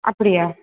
அப்படியா